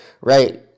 right